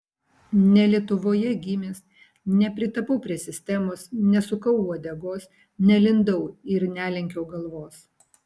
ne lietuvoje gimęs nepritapau prie sistemos nesukau uodegos nelindau ir nelenkiau galvos